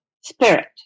spirit